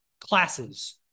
classes